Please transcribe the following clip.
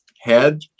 head